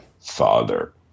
father